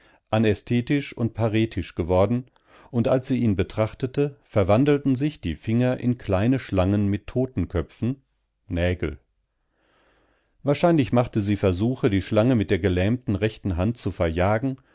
anästhetisch und paretisch geworden und als sie ihn betrachtete verwandelten sich die finger in kleine schlangen mit totenköpfen nägel wahrscheinlich machte sie versuche die schlange mit der gelähmten rechten hand zu verjagen